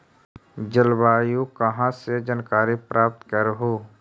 जलवायु कहा से जानकारी प्राप्त करहू?